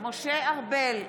משה ארבל,